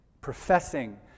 Professing